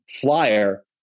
flyer